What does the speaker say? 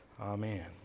Amen